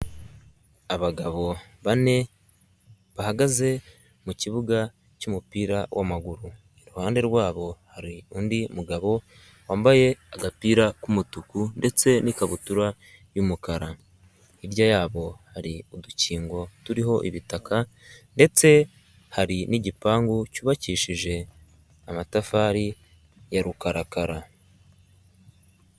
abagabo bane, bahagaze mu kibuga cy'umupira w'amaguru, iruhande rwabo hari undi mugabo wambaye agapira k'umutuku ndetse n'ikabutura y'umukara, hirya yabo hari udukingo turiho ibitaka ndetse hari n'igipangu cyubakishije amatafari ya rukarakara.